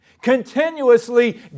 Continuously